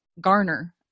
garner